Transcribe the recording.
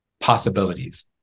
possibilities